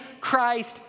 Christ